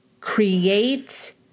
create